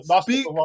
Speak